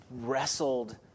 wrestled